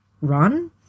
run